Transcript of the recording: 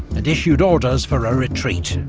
and issued orders for a retreat.